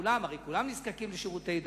שהרי כולם זקוקים לשירותי דת.